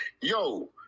yo